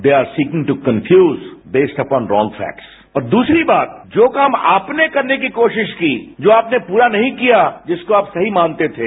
they are seeking to confuse based upon wrong facts और दूसरी बात जो काम आपने करने की कोशिश की जो आपने पूरा नहीं किया जिसको आप सही मानते थे